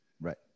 right